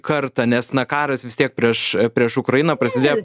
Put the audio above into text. kartą nes na karas vis tiek prieš prieš ukrainą prasidėjo